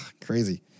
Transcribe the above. Crazy